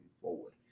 forward